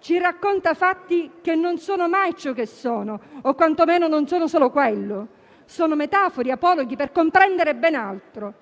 ci racconta fatti che non sono mai ciò che sono o quantomeno non sono solo quello: sono metafore, apologhi per comprendere ben altro.